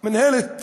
מינהלת